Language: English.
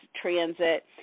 transit